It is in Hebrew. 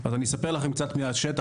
אז אני אספר לכם קצת מהשטח,